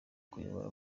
kuyabona